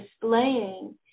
displaying